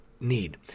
need